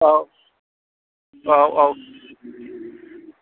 औ औ औ